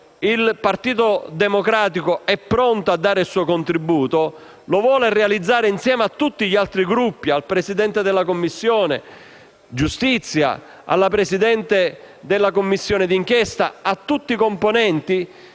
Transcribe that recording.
Il Partito Democratico è pronto a dare il suo contributo; lo vuole fare insieme a tutti gli altri Gruppi, al Presidente della Commissione giustizia, alla Presidente della Commissione di inchiesta sul fenomeno